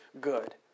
good